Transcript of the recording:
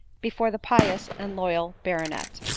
before the pious and loyal baronet.